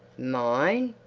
mine?